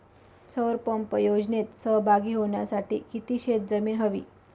सौर पंप योजनेत सहभागी होण्यासाठी किती शेत जमीन हवी?